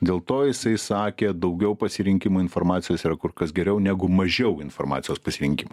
dėl to jisai sakė daugiau pasirinkimo informacijos yra kur kas geriau negu mažiau informacijos prisiminkim